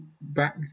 back